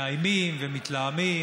מאיימים ומתלהמים,